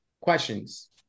questions